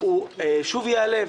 הוא שוב יעלה,